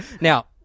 Now